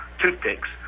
toothpicks